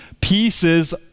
pieces